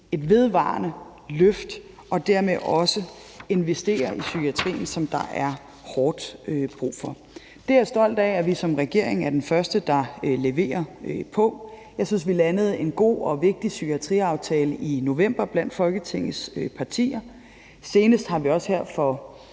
et vedvarende løft og dermed også investere i psykiatrien, hvilket der er hårdt brug for. Det er jeg stolt af at vi som regering er den første der leverer på. Jeg synes, at vi landede en god og vigtig psykiatriaftale i november blandt Folketingets partier. Senest har vi også her for